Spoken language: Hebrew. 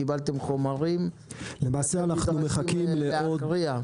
קיבלתם חומרים ואתם צריכים להכריע.